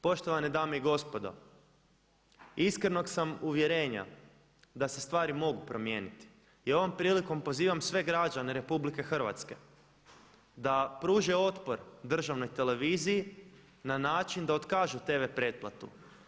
Poštovane dame i gospodo iskrenog sam uvjerenja da se stvari mogu promijeniti i ovom prilikom pozivam sve građane RH da pruže otpor državnoj televiziji na način da otkažu TV pretplatu.